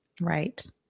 Right